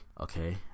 okay